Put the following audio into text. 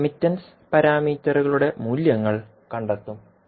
admittance പാരാമീറ്ററുകളുടെ മൂല്യങ്ങൾ കണ്ടെത്തും